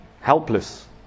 helpless